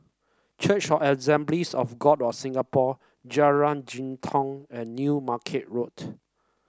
Church of Assemblies of God of Singapore Jalan Jitong and New Market Road